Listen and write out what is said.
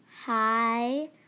hi